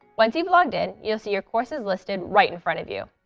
once you've logged in, you'll see your courses listed right in front of you.